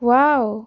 wow